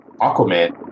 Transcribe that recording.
Aquaman